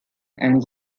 and